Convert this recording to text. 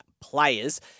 players